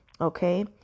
Okay